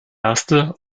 erste